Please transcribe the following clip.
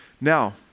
Now